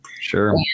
Sure